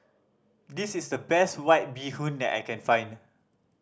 this is the best White Bee Hoon that I can find